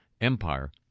Empire